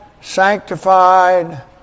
sanctified